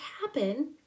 happen